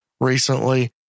recently